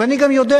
ואני גם יודע,